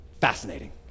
Fascinating